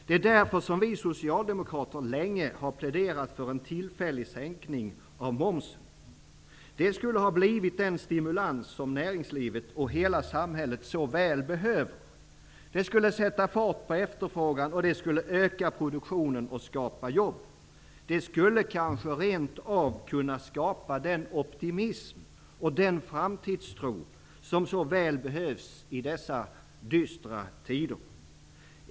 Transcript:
Det är därför som vi socialdemokrater länge har pläderat för en tillfällig sänkning av momsen. Det skulle ha blivit den stimulans som näringslivet och hela samhället så väl behöver. Det skulle sätta fart på efterfrågan. Det skulle öka produktionen och skapa jobb. Det skulle kanske rent av kunna skapa den optimism och den framtidstro som så väl behövs i dessa dystra tider.